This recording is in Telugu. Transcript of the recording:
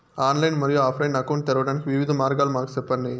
ఆన్లైన్ మరియు ఆఫ్ లైను అకౌంట్ తెరవడానికి వివిధ మార్గాలు మాకు సెప్పండి?